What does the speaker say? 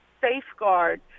safeguard